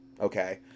okay